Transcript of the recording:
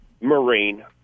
Marine